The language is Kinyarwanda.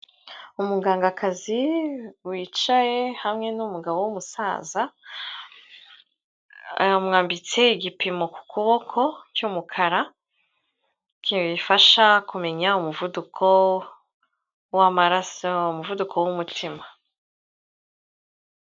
Umugangakazi wicaye hamwe n'umugabo w'umusaza, amwambitse igipimo ku kuboko cy'umukara kibifasha kumenya umuvuduko w'amaraso, umuvuduko w'umutima.